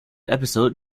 episode